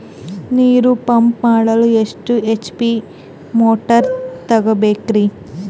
ನೀರು ಪಂಪ್ ಮಾಡಲು ಎಷ್ಟು ಎಚ್.ಪಿ ಮೋಟಾರ್ ತಗೊಬೇಕ್ರಿ?